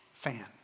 Fan